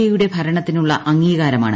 A യുടെ ഭരണത്തിനുള്ള അംഗീകാരമാണ്